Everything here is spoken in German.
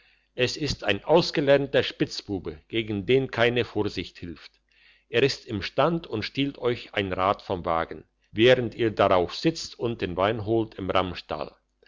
es ist ein ausgelernter spitzbube gegen den keine vorsicht hilft er ist imstand und stiehlt euch ein rad vom wagen während ihr darauf sitzt und wein holt im